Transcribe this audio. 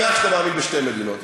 אני שמח שאתה מאמין בשתי מדינות,